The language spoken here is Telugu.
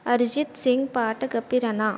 అరిజిత్ సింగ్ పాట ఖాఫిరానా